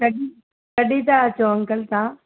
कॾहिं कॾहिं था अचो अंकल तव्हां